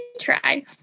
try